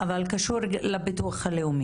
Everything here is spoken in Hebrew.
אבל קשור לביטוח הלאומי?